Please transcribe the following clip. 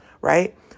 right